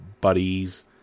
buddies